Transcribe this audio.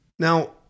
Now